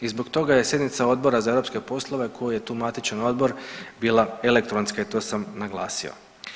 I zbog toga je sjednica Odbora za europske poslove koji je tu matičan odbor bila elektronska i to sam naglasio.